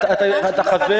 אתה חבר.